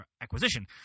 acquisition